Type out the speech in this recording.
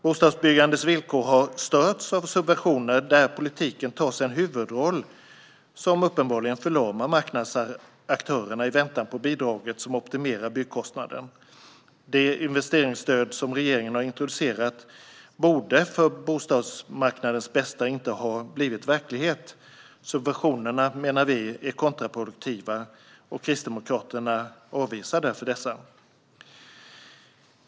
Bostadsbyggandets villkor har störts av subventioner där politiken tar sig en huvudroll som uppenbarligen förlamar marknadsaktörerna i väntan på bidraget som optimerar byggkostnaden. Det investeringsstöd som regeringen har introducerat borde för bostadsmarknadens bästa inte ha blivit verklighet. Subventionerna är kontraproduktiva, menar vi, och Kristdemokraterna avvisar därför dessa.